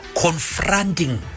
confronting